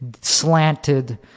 slanted